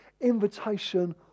invitation